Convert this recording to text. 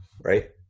Right